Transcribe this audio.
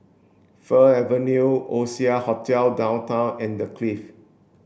Fir Avenue Oasia Hotel Downtown and The Clift